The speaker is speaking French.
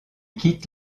quitte